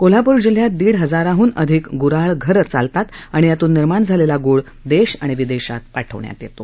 कोल्हापूर जिल्ह्यात दीड हजाराहन अधिक ग्र ्हाळघरं चालतात आणि यातून निर्माण झालेला ग्रूळ देश आणि परदेशात पाठवण्यात येतो